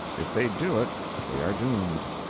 if they do it they are doomed.